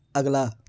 ਅਗਲਾ